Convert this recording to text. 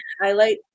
highlight